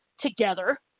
together